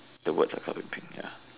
the words are covered in pink ya